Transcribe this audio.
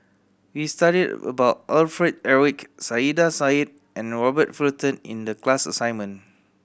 we studied about Alfred Eric Saiedah Said and Robert Fullerton in the class assignment